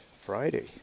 Friday